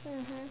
mmhmm